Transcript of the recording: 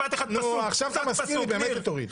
נו, עכשיו את מזכיר לי באמת את אורית.